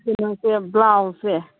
ꯀꯩꯅꯣꯁꯦ ꯕ꯭ꯂꯥꯎꯁꯁꯦ